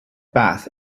bath